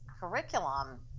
curriculum